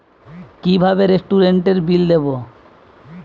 কিভাবে রেস্টুরেন্টের বিল দেবো?